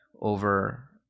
over